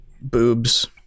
boobs